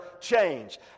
change